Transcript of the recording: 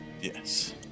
Yes